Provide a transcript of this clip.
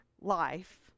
life